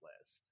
list